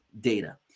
data